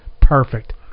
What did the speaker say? perfect